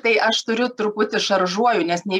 tai aš turiu truputį šaržuoju nes nei